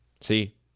see